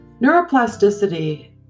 Neuroplasticity